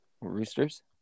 Roosters